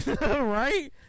Right